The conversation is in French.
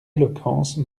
éloquence